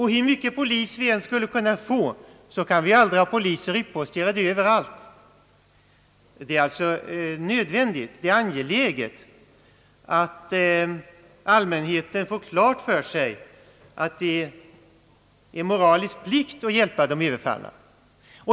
Hur mycket polis vi än skulle kunna få, kan vi aldrig ha poliser utposterade överallt. Det är alltså angeläget att allmänheten får klart för sig att det är en moralisk plikt att hjälpa de överfallna.